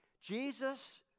Jesus